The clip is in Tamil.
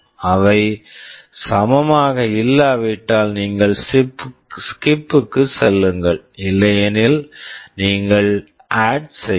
அவை சமமாக இல்லாவிட்டால் நீங்கள் ஸ்கிப் skip க்குச் செல்லுங்கள் இல்லையெனில் நீங்கள் ஆட் add செய்யலாம்